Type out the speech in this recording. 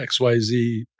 XYZ